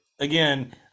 again